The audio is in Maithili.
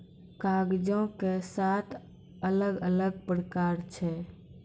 कागजो के सात अलग अलग प्रकार छै